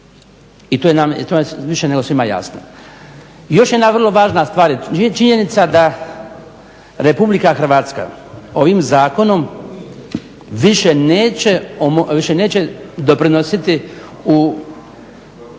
i to nam je mišljenje svima jasno. Još jedna vrlo važna stvar je činjenica da RH ovim zakonom više neće doprinositi u